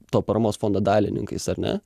to paramos fondo dalininkais ar ne